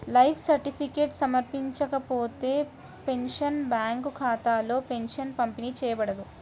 life certificate సమర్పించకపోతే, pensioner bank ఖాతాలో pension పంపిణీ చేయబడదు